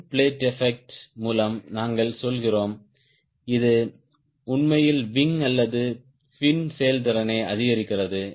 end plate effect மூலம் நாங்கள் சொல்கிறோம் இது உண்மையில் விங் அல்லது பின் செயல்திறனை அதிகரிக்கிறது